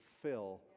fill